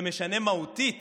זה משנה מהותית